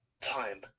time